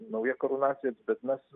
nauja karūnacija bet mes